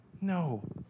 No